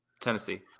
Tennessee